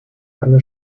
eine